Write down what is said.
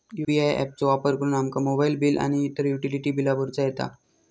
UPI app चो वापर करुन आमका मोबाईल बिल आणि इतर युटिलिटी बिला भरुचा येता